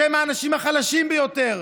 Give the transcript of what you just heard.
בשם האנשים החלשים ביותר,